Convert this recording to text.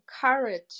courage